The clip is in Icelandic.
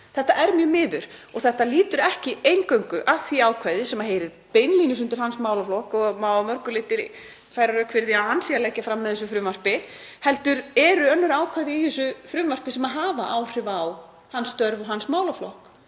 Það er mjög miður og lýtur ekki eingöngu að því ákvæði sem heyrir beinlínis undir hans málaflokk og má að mörgu leyti færa rök fyrir að hann sé að leggja fram með þessu frumvarpi, heldur eru önnur ákvæði í þessu frumvarpi sem hafa áhrif á hans störf og hans málaflokk.